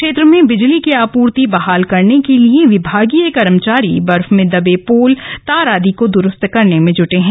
क्षेत्र में बिजली की आपूर्ति बहाल करने के लिए विभागीय कर्मचारी बर्फ में दबे पोल तार आदि को दुरुस्त करने में जुटे हैं